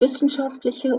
wissenschaftliche